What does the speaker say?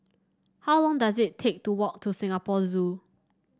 how long does it take to walk to Singapore Zoo